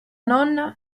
nonna